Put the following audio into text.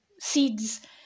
seeds